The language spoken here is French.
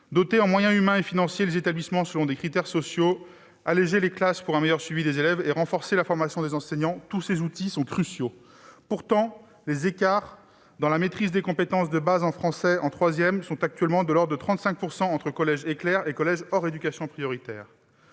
Doter en moyens humains et financiers les établissements selon des critères sociaux, alléger les classes pour assurer un meilleur suivi des élèves, renforcer la formation des enseignants : tous ces outils sont cruciaux. Pourtant, les écarts dans la maîtrise des compétences de base en français en troisième sont actuellement de l'ordre de 35 % entre collèges des réseaux Écoles, collèges et lycées pour